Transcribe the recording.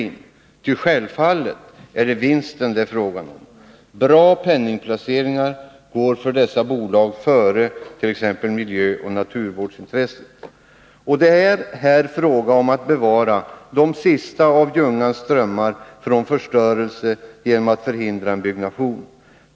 1 juni 1982 Självfallet är det vinsten det är fråga om. Bra penningplaceringar går för dessa bolag före t.ex. miljöoch naturvårdsintresset. Det är här fråga om att genom att förhindra en byggnation bevara de sista av Ljungans strömmar från förstörelse.